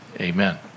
Amen